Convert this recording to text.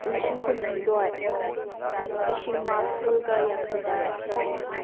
ꯂꯤꯁꯤꯡ ꯀꯨꯟꯍꯨꯝꯗꯣꯏ ꯂꯤꯁꯤꯡ ꯃꯔꯐꯨꯒ ꯌꯥꯡꯈꯩꯇꯔꯦꯠ